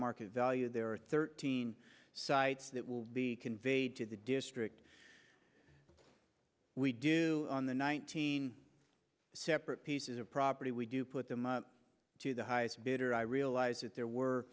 market value there are thirteen sites that will be conveyed to the district we do on the nineteen separate pieces of property we do put them to the highest bidder i realized that there were